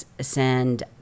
send